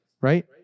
right